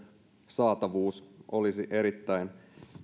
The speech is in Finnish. saatavuus olisi erittäin tärkeää